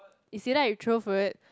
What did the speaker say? is either I throw food